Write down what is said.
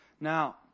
Now